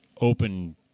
open